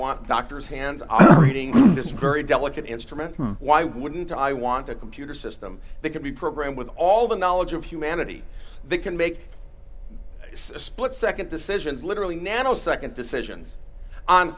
want doctors hands on reading this great delicate instrument why wouldn't i want a computer system that can be programmed with all the knowledge of humanity that can make a split nd decisions literally nano nd decisions on